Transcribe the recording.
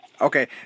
Okay